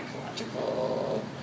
ecological